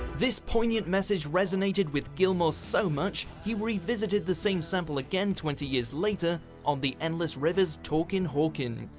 this poignant message resonated with gilmour so much he revisited the same sample again twenty years later on the endless river s talkin' hawkin'.